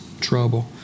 trouble